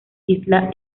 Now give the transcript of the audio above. isla